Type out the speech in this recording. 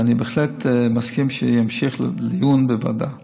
ואני בהחלט מסכים שזה ימשיך לדיון בוועדת העבודה,